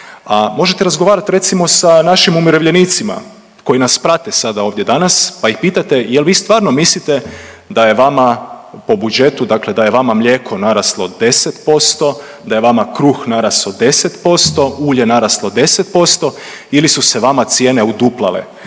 možete razgovarat recimo sa našim umirovljenicima koji nas prate sada ovdje danas, pa ih pitajte jel vi stvarno mislite da je vama po budžetu dakle da je vama mlijeko naraslo 10%, da je vama kruh narasto 10%, ulje naraslo 10% ili su se vama cijene uduplale.